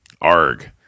ARG